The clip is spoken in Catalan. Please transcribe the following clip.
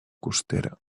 costera